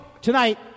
Tonight